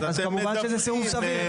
אז כמובן שזה סירוב סביר.